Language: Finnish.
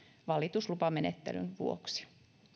valituslupamenettelyn vuoksi